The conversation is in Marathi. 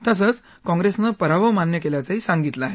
तसंच काँग्रेसनं पराभव मान्य केल्याचं सांगितलं आहे